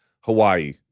Hawaii